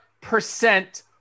percent